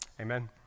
Amen